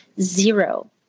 zero